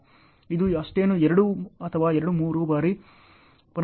ಇದು ಅಷ್ಟೇನೂ 2 ಅಥವಾ 3 ಬಾರಿ ಪುನರಾವರ್ತಿಸುತ್ತದೆ